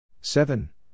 Seven